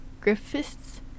Griffiths